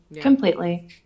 completely